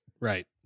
Right